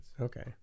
Okay